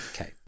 Okay